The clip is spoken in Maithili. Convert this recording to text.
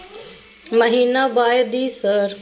महीना बाय दिय सर?